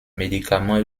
médicaments